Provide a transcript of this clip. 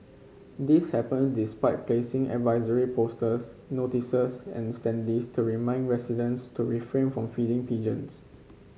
this happen despite placing advisory posters notices and standees to remind residents to refrain from feeding pigeons